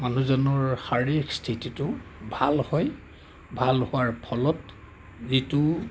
মানুহজনৰ শাৰীৰিক স্থিতিটো ভাল হয় ভাল হোৱাৰ ফলত যিটো